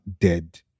Dead